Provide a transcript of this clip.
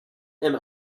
and